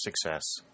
success